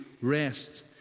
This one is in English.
rest